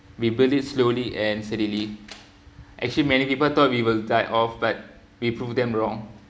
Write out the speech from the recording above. we build it slowly and steadily actually many people thought we will die off but we proved them wrong